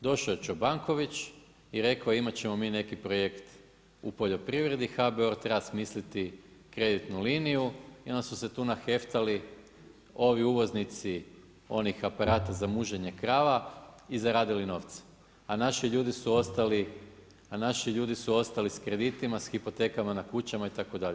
Došao je Čobanković i rekao imat ćemo mi neki projekt u poljoprivredi, HBOR treba smisliti kreditnu liniju i onda su se tu naheftali ovi uvoznici onih aparata za muženje krava i zaradili novce, a naši ljudi su ostali s kreditima, s hipotekama na kućama itd.